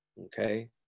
Okay